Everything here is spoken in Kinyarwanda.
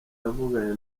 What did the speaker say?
yavuganye